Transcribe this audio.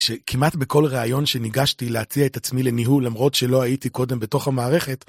שכמעט בכל ראיון שניגשתי להציע את עצמי לניהול, למרות שלא הייתי קודם בתוך המערכת.